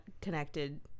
connected